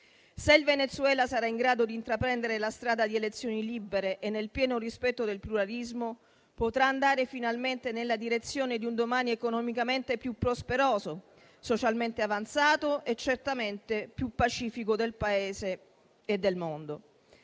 Se il Venezuela sarà in grado di intraprendere la strada di elezioni libere e nel pieno rispetto del pluralismo, potrà andare finalmente nella direzione di un domani economicamente più prosperoso, socialmente avanzato e certamente più pacifico per il Paese e per il mondo.